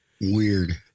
Weird